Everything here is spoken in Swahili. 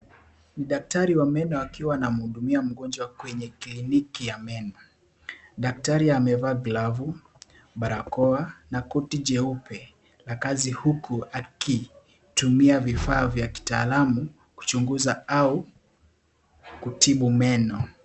Ni daktari wa meno akiwa anamhudumia mgonjwa kwenye kliniki ya meno, daktari amevaa glavu, barakoa na koti jeupe la kazi huku akitumia vifaa vya kitaalamu kuchunguza au kutibu meno.